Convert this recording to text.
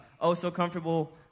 oh-so-comfortable